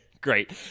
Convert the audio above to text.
Great